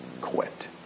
quit